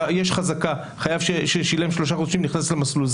יש חזקה וחייב ששילם שלושה חודשים נכנס למסלול.